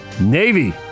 Navy